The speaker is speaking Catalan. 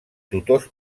tutors